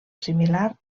similar